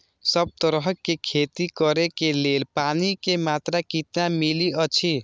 सब तरहक के खेती करे के लेल पानी के मात्रा कितना मिली अछि?